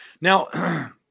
Now